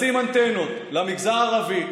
לשים אנטנות למגזר הערבי,